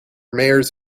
mayors